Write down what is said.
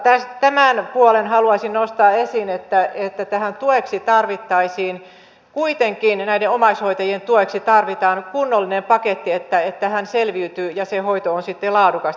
tämän puolen haluaisin nostaa esiin että näiden omaishoitajien tueksi tarvittaisiin kuitenkin kunnollinen paketti että he selviytyvät ja se hoito on sitten laadukasta